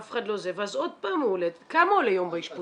אף אחד לא --- ואז עוד פעם הוא --- כמה עולה יום באשפוזית?